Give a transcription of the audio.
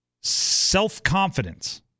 self-confidence